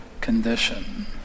condition